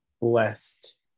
blessed